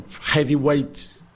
heavyweight